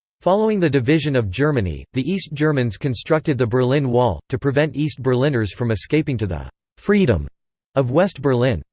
following the division of germany, the east germans constructed the berlin wall, to prevent east berliners from escaping to the freedom of west berlin.